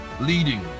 Leading